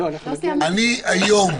אני היום,